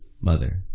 mother